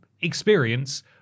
experience